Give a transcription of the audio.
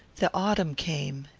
the autumn came,